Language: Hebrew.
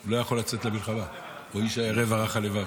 הוא לא יכול לצאת למלחמה, "האיש הירא ורך הלבב".